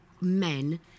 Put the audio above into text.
men